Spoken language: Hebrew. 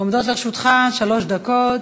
עומדות לרשותך שלוש דקות.